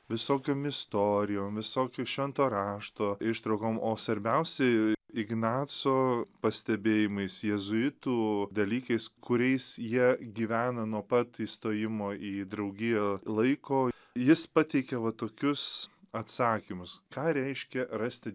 visokiom istorijom visokiu švento rašto ištraukom o svarbiausi ignaco pastebėjimais jėzuitų dalykais kuriais jie gyvena nuo pat įstojimo į draugiją laiko jis pateikia va tokius atsakymus ką reiškia rasti reiškia